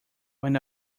when